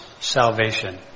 Salvation